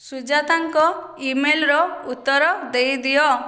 ସୁଜାତାଙ୍କ ଇମେଲ୍ର ଉତ୍ତର ଦେଇଦିଅ